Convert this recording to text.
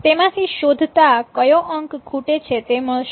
તેમાંથી શોધતા કયો અંક ખૂટે છે તે મળશે